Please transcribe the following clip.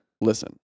listen